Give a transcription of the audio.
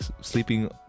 Sleeping